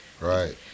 right